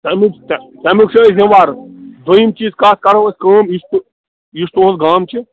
تَمیُک تَمیُک چھِ أسۍ ذِموار دوٚیِم چیٖز کَتھ کَرو أسۍ کٲم یُس تُھ یُس تُہنٛد گام چھِ